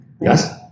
Yes